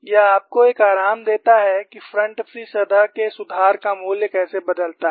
यह आपको एक आराम देता है कि फ्रंट फ्री सतह के सुधार का मूल्य कैसे बदलता है